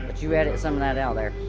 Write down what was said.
you edit some of that out ah